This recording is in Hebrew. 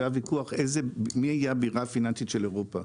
היה ויכוח מי תהיה הבירה הפיננסית של אירופה.